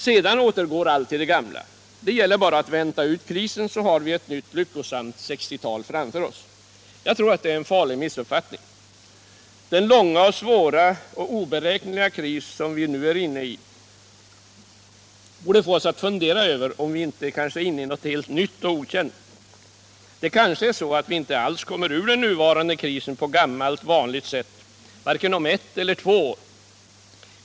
Sedan återgår allt till det gamla. Det gäller bara att vänta ut krisen, så har vi ett nytt lyckosamt ”60-tal” framför oss. Jag tror att det är en farlig missuppfattning. Den långa, svåra och oberäkneliga kris vi nu är inne i borde få oss att fundera över om vi kanske är inne i något helt nytt och okänt. Det kanske är så, att vi inte alls kommer ur den nuvarande krisen på gammalt vanligt sätt vare sig om ett eller om två år.